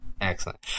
Excellent